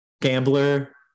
Gambler